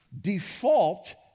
default